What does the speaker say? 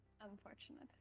Unfortunate